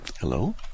Hello